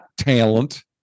talent